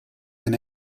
been